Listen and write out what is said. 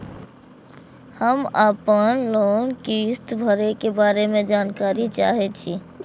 हम आपन लोन किस्त भरै के बारे में जानकारी चाहै छी?